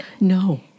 No